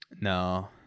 No